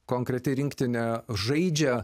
konkreti rinktinė žaidžia